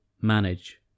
manage